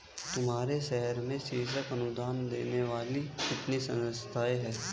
तुम्हारे शहर में शीर्ष अनुदान देने वाली कितनी संस्थाएं हैं?